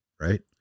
right